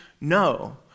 No